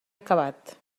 acabat